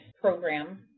program